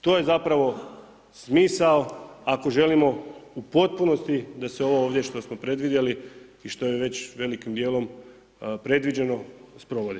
To je zapravo smisao ako želimo u potpunosti da se ovo ovdje što ste predvidjeli i što je već velikim djelom predviđeno, sprovodi.